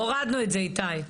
הורדנו את זה, איתי.